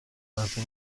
لحظه